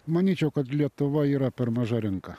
manyčiau kad lietuva yra per maža rinka